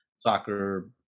soccer